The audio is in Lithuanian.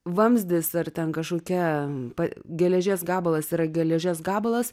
vamzdis ar ten kašokia pa geležies gabalas yra geležies gabalas